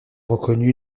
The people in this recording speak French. reconnue